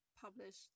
published